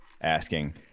asking